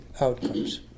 outcomes